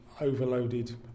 overloaded